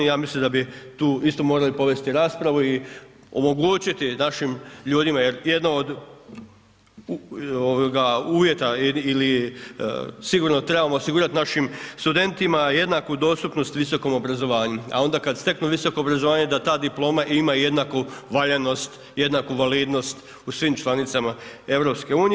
Ja mislim da bi tu isto morali povesti raspravu i omogućiti našim ljudima jer jedno od uvjeta ili sigurno trebamo osigurati našim studentima jednaku dostupnost visokom obrazovanju, a onda kad steknu visoko obrazovanje da ta diploma ima jednaku valjanost, jednaku validnost u svim članicama EU.